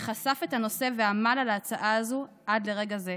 שחשף את הנושא ועמל על ההצעה הזו עד לרגע הזה.